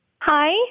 Hi